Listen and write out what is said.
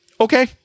Okay